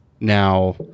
now